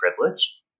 privilege